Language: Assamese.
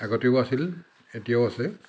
আগতেও আছিল এতিয়াও আছে